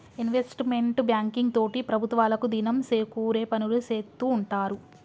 investment banking తోటి ప్రభుత్వాలకు దినం సేకూరే పనులు సేత్తూ ఉంటారు